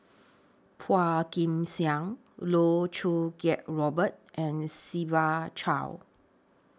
Phua Kin Siang Loh Choo Kiat Robert and Siva Choy